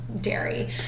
dairy